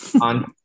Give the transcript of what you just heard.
on